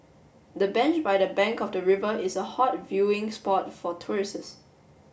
the bench by the bank of the river is a hot viewing spot for tourists